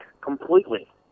completely